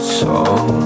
song